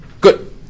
Good